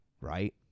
right